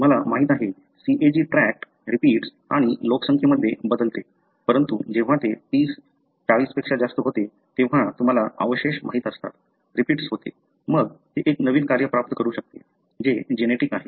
तुम्हाला माहिती आहे CAG ट्रॅक्ट रिपीट्स आणि लोकसंख्येमध्ये बदलते परंतु जेव्हा ते 30 40 पेक्षा जास्त होते तेव्हा तुम्हाला अवशेष माहित असतात रिपीट्स होते मग ते एक नवीन कार्य प्राप्त करू शकते जे टॉक्सिक आहे